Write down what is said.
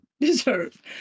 deserve